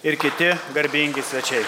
ir kiti garbingi svečiai